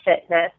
fitness